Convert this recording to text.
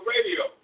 Radio